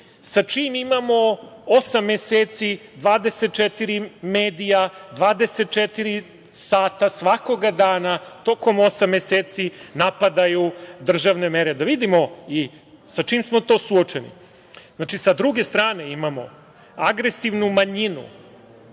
suočeni? Osam meseci, 24 medija 24 sata svakoga dana tokom osam meseci napadaju državne mere. Da vidimo i sa čim smo to suočeni. Znači, sa druge strane imamo agresivnu manjinu